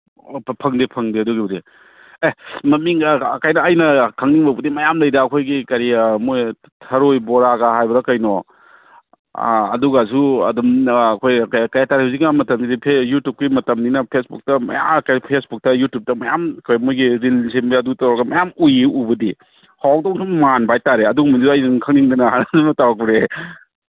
ꯐꯪꯗꯦ ꯐꯪꯗꯦ ꯑꯗꯨꯒꯤꯕꯨꯗꯤ ꯑꯦ ꯃꯃꯤꯡꯒ ꯑꯩꯅ ꯈꯪꯅꯤꯡꯕꯕꯨꯗꯤ ꯃꯌꯥꯝ ꯂꯩꯗ ꯑꯩꯈꯣꯏꯒꯤ ꯀꯔꯤ ꯃꯣꯏ ꯊꯔꯣꯏ ꯕꯣꯔꯥꯒ ꯍꯥꯏꯕ꯭ꯔꯥ ꯀꯩꯅꯣ ꯑꯥ ꯑꯗꯨꯒꯁꯨ ꯑꯗꯨꯝ ꯑꯩꯈꯣꯏ ꯀꯩ ꯀꯩ ꯍꯥꯏ ꯇꯥꯔꯦ ꯍꯧꯖꯤꯛꯀꯥꯟ ꯃꯇꯝꯁꯤꯗꯤ ꯌꯨꯇꯨꯞꯀꯤ ꯃꯇꯝꯅꯤꯅ ꯐꯦꯁꯕꯨꯛꯇ ꯐꯦꯁꯕꯨꯛꯇ ꯌꯨꯇꯨꯞꯇ ꯃꯌꯥꯝ ꯃꯣꯏꯒꯤ ꯔꯤꯜ ꯁꯦꯝꯕꯗ ꯑꯗꯨ ꯇꯧꯔꯒ ꯃꯌꯥꯝ ꯎꯏꯌꯦ ꯎꯕꯨꯗꯤ ꯍꯥꯎꯗꯧꯁꯨ ꯃꯥꯟꯕ ꯍꯥꯏ ꯇꯥꯔꯦ ꯑꯗꯨꯒꯨꯝꯕꯁꯨ ꯑꯩꯁꯨ ꯑꯗꯨꯝ ꯈꯪꯅꯤꯡꯗꯅ ꯇꯧꯔꯛꯄꯅꯦ